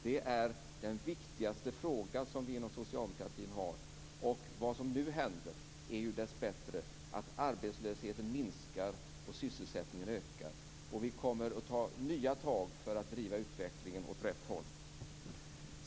Det är den viktigaste frågan för oss inom socialdemokratin. Vad som nu händer är ju dessbättre att arbetslösheten minskar och att sysselsättningen ökar. Vi kommer att ta nya tag för att driva utvecklingen åt rätt håll.